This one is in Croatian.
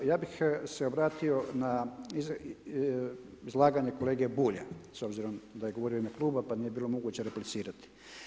Ja bih se obratio na izlaganje kolege Bulja s obzirom da je govorio u ime Kluba, pa nije bilo moguće replicirati.